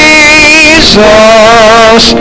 Jesus